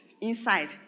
inside